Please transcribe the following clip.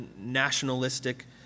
nationalistic